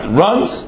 runs